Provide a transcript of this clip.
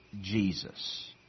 Jesus